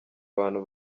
bantu